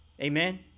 Amen